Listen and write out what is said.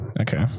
Okay